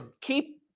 Keep